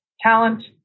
talent